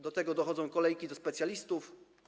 Do tego dochodzą kolejki do specjalistów.